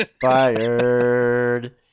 Fired